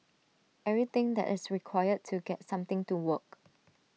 everything that is required to get something to work